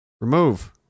Remove